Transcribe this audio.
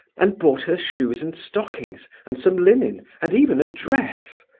and bought her shoes and stockings, and some linen, and even a dress!